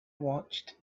watched